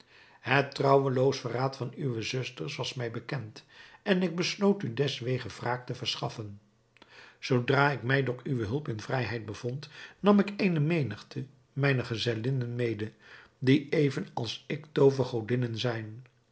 het trouweloos verraad van uwe zusters was mij bekend en ik besloot u deswege wraak te verschaffen zoodra ik mij door uwe hulp in vrijheid bevond nam ik eene menigte mijner gezellinnen mede die even als ik toovergodinnen zijn